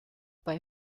bei